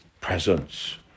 presence